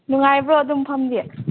ꯅꯨꯡꯉꯥꯏꯕ꯭ꯔꯣ ꯑꯗꯨ ꯃꯐꯝꯗꯤ